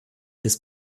des